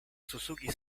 suzuki